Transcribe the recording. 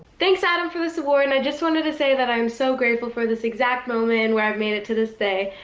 thanks um for this award, and i just wanted to say that i am so grateful for this exact moment where i have made it to this day.